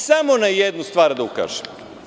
Samo na jednu stvar da ukažem.